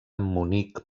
munic